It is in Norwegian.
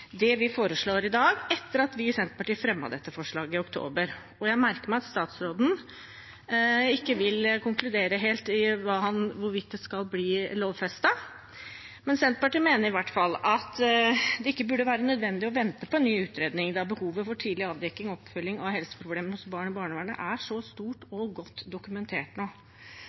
det vi foreslår i dag, etter at vi i Senterpartiet fremmet dette forslaget i oktober. Jeg merker meg at statsråden ikke vil konkludere helt på hvorvidt det skal bli lovfestet. Men Senterpartiet mener i hvert fall at det ikke burde være nødvendig å vente på en ny utredning, da behovet for tidlig avdekking og oppfølging av helseproblemer hos barn i barnevernet er så stort og godt dokumentert nå.